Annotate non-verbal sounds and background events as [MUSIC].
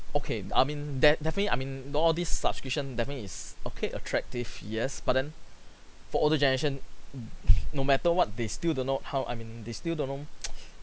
okay I mean de~ definitely I mean all these subscription definitely is okay attractive yes but then for older generation [LAUGHS] no matter what they still don't know how I mean they still don't know [NOISE]